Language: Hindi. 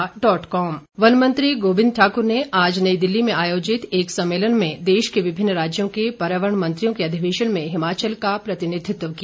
गोविंद ठाक्र वनमंत्री गोविंद ठाकुर ने आज नई दिल्ली में आयोजित एक सम्मेलन में देश के विभिन्न राज्यों के पर्यावरण मंत्रियों के अधिवेशन में हिमाचल का प्रतिनिधित्व किया